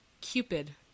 Cupid